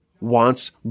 wants